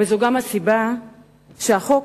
וזאת גם הסיבה לכך שהחוק